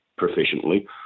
proficiently